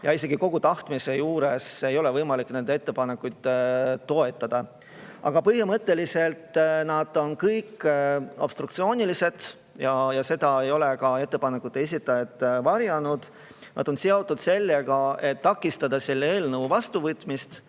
Isegi kogu tahtmise juures ei ole võimalik nende ettepanekuid toetada. Põhimõtteliselt on need kõik obstruktsioonilised ja seda ei ole ettepanekute esitajad ka varjanud. Need on seotud sellega, et takistada eelnõu vastuvõtmist